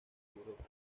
europa